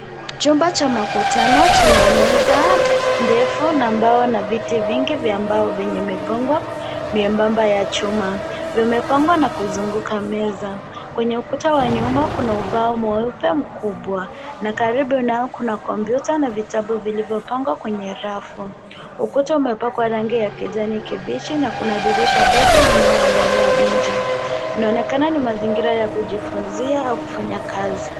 Chumba cha makutano chenye meza ndefu na mbao na viti vingi vya mbao venye migongo miembamba ya chuma. Vimepangwa na kuzunguka meza. Kwenye ukuta wa nyuma kuna ubao mkubwa na karibu nao kuna kompyuta na vitabu vilivyopangwa kwenye rafu. Ukuta umepakwa rangi ya kijani kibichi na kuna dirisha dogo unaoangalia nje. Inaonekana ni mazingira ya kujifunzia au kufanya kazi.